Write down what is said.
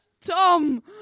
Tom